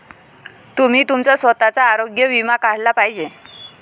तुम्ही तुमचा स्वतःचा आरोग्य विमा काढला पाहिजे